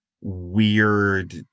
weird